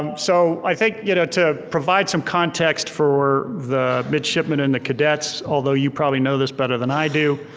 um so i think you know to provide some context for the midshipmen and the cadets, although you probably know this better than i do,